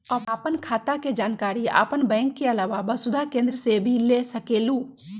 आपन खाता के जानकारी आपन बैंक के आलावा वसुधा केन्द्र से भी ले सकेलु?